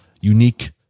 unique